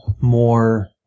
more